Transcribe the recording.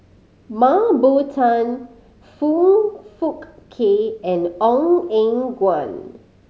Mah Bow Tan Foong Fook Kay and Ong Eng Guan